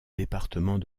département